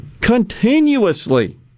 continuously